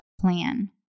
plan